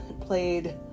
played